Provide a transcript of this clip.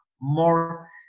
More